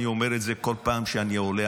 אני אומר את זה כל פעם שאני עולה,